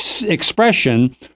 expression